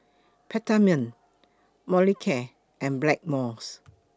Peptamen Molicare and Blackmores